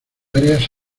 áreas